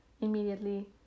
immediately